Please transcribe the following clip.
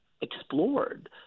explored